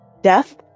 death